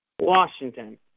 Washington